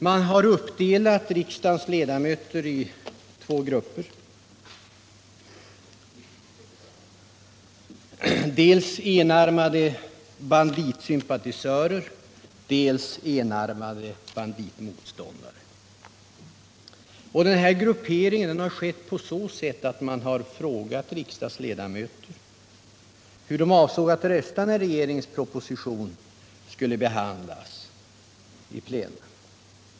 Man har delat upp riksdagens ledamöter i två grupper: dels sympatisörer till enarmade banditer, dels motståndare till enarmade banditer. Denna gruppering har skett på så sätt att man frågat riksdagsledamöterna hur de avsåg att rösta, när regeringens proposition skulle behandlas i kammaren.